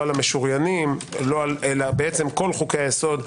לא על המשוריינים אלא כל חוקי היסוד,